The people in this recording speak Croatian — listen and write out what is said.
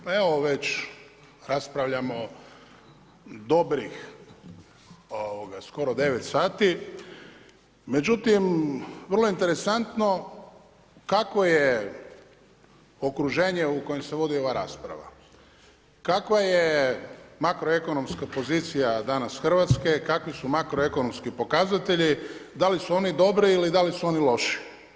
Pa evo već raspravljamo dobrih skoro 9 sati, međutim vrlo interesantno kako je okružene u kojem se vodi ova rasprava, kakva je makroekonomska pozicija danas Hrvatske, kakvi su makroekonomski pokazatelji, da li su oni dobri ili da li su oni loši.